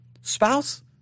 spouse